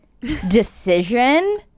decision